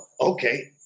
Okay